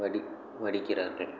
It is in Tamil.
வடி வடிக்கிறார்கள்